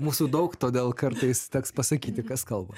mūsų daug todėl kartais teks pasakyti kas kalba